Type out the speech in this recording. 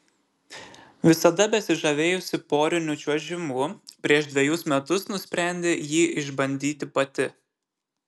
visada besižavėjusi poriniu čiuožimu prieš dvejus metus nusprendė jį išbandyti pati